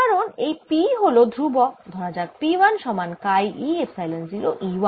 কারণ এই P হল ধ্রুবক ধরা যাক P 1 সমান কাই e এপসাইলন 0 E 1